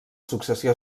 successió